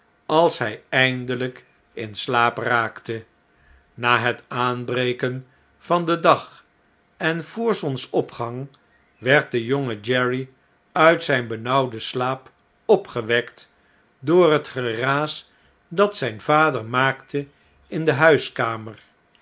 als hij eindelp in slaap raakte na het aanbreken van den dag en voor zonsopgang werd de jonge jerry uit zijn benauwden slaap opgewekt door het geraas dat zp vader maakte in de huiskamer